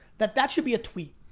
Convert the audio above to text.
that that should be a tweet.